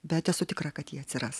bet esu tikra kad ji atsiras